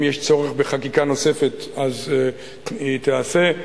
אם יש צורך בחקיקה נוספת, אז היא תיעשה.